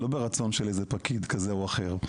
לא ברצון של איזה פקיד כזה או אחר,